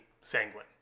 sanguine